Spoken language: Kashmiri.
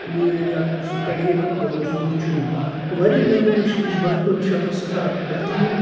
تہٕ یہِ ایرِیا ہَس منٛز سُہ کَڈِہے کٲم دَپان ٲسۍ یہِ گوٚو چیون تہٕ واریاہ میٚموری چھ یُس بہٕ بَچپَن چھ آسان سیٚٹھاہ بِہتٔرین